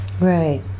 Right